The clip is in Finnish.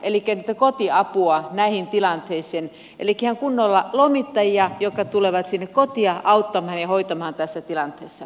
elikkä kotiapua näihin tilanteisiin ihan kunnolla lomittajia jotka tulevat sinne kotiin auttamaan ja hoitamaan tässä tilanteessa